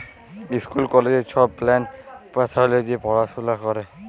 school কলেজে ছব plant pathology পড়াশুলা ক্যরে